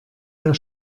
der